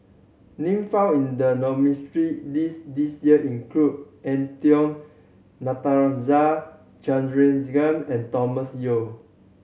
name found in the nominees' list this year include Eng Tow Natarajan Chandrasekaran and Thomas Yeo